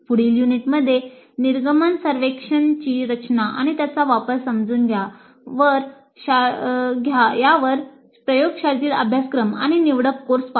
पुढील युनिटमध्ये निर्गमन सर्वेक्षणची रचना आणि त्याचा वापर समजून घ्या वर प्रयोगशाळेतील अभ्यासक्रम आणि निवडक कोर्स पाहू